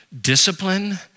discipline